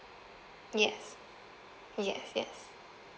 yes yes yes